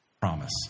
promise